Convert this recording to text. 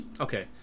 okay